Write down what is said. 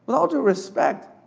with all due respect,